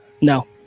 No